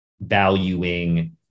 valuing